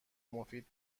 مفید